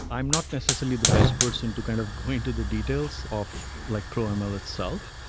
i'm not necessarily the best person to kind of go into the details of like proml itself.